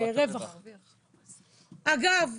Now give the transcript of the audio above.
אגב,